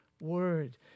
word